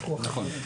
נכון.